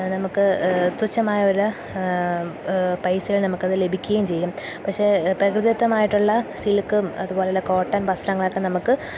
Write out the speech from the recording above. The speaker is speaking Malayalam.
നമുക്കു തുച്ഛമായുള്ള പൈസയിൽ നമുക്കതു ലഭിക്കുകയും ചെയ്യും പക്ഷെ പ്രകൃതിദത്തമായിട്ടുള്ള സിൽക്കും അതുപോലുള്ള കോട്ടൺ വസ്ത്രങ്ങളൊക്കെ നമുക്ക്